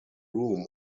room